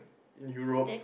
in Europe